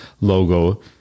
logo